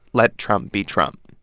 let trump be trump